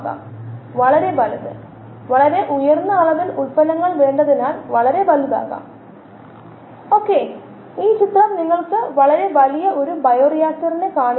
ഉദാഹരണത്തിന് സബ്സ്ട്രേറ്റ് ഉപഭോഗ നിരക്ക് ആവശ്യമാണെങ്കിലും അറിയില്ലെങ്കിൽ എന്നാൽ വളർച്ചാ നിരക്ക് അറിയാമെങ്കിൽ വളർച്ചാ നിരക്കിൽ നിന്ന് സബ്സ്ട്രേറ്റ് ഉപഭോഗ നിരക്ക് കണക്കാക്കാം യിൽഡ് കോയിഫിഷ്യന്റ അറിയാമെങ്കിൽ അത് എപ്പോഴും കണക്കാക്കാം